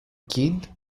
kid